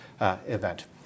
event